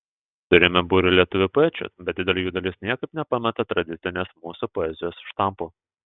turime būrį lietuvių poečių bet didelė jų dalis niekaip nepameta tradicinės mūsų poezijos štampų